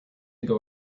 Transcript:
ago